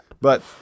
but-